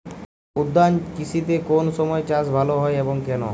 উদ্যান কৃষিতে কোন সময় চাষ ভালো হয় এবং কেনো?